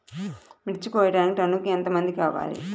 మిర్చి కోయడానికి టన్నుకి ఎంత మంది కావాలి?